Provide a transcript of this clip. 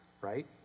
right